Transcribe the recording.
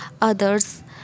others